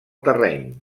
terreny